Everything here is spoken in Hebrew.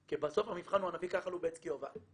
כי בסוף המבחן הוא ענפי, ככה לובצקי עבד.